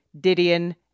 Didion